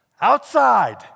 Outside